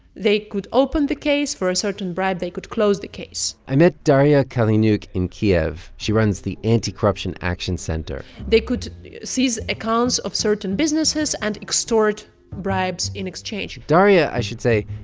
they could open the case. for a certain bribe, they could close the case i met daria kaleniuk in kyiv. she runs the anti-corruption action center they could seize accounts of certain businesses and extort bribes in exchange daria, i should say,